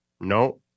No